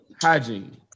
hygiene